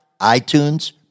iTunes